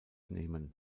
nehmen